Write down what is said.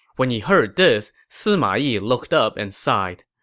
when he heard this, sima yi looked up and sighed.